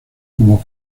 como